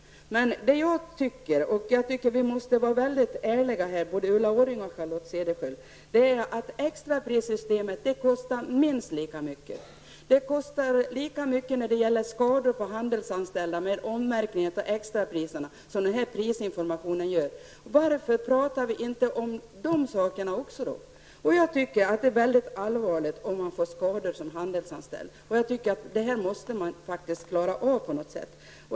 Men jag tycker att vi måste vara mycket ärliga här, både Ulla Extraprissystemet kostar minst lika mycket och ger de handelsanställda lika mycket skador på grund av ommärkningen. Varför talar vi då inte om de sakerna också? Jag tycker det är allvarligt om man får skador som handelsanställd. Jag tycker att man måste klara av detta på något sätt.